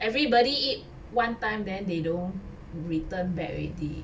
everybody eat one time then they don't return back already